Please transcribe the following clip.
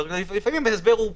לפעמים ההסבר הוא